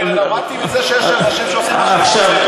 אני למדתי מזה שכשרוצים, אפשר.